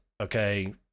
Okay